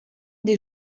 des